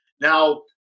Now